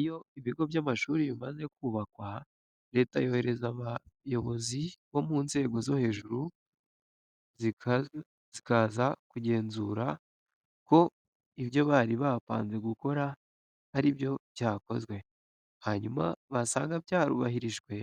Iyo ibigo by'amashuri bimaze kubakwa, leta yohereza abayobozi bo mu nzego zo hejuru zikaza kugenzura ko ibyo bari bapanze gukora ari byo byakozwe, hanyuma basanga byarubahirijwe